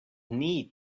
need